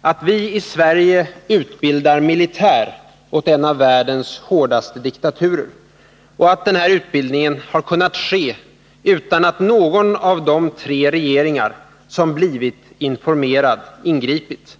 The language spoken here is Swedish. att vi i Sverige utbildar militär åt en av världens hårdaste diktaturer och att denna utbildning kunnat ske utan att någon av de tre regeringar som blivit informerade ingripit.